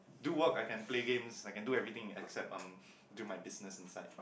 do works I can play games I can do everything except um do my business inside